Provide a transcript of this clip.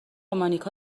مانیکا